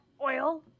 oil